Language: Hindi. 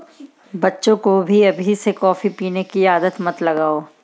बच्चे को अभी से कॉफी पीने की आदत मत लगाओ